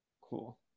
Cool